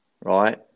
right